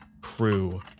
crew